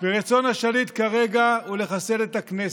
ורצון השליט כרגע הוא לחסל את הכנסת.